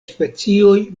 specioj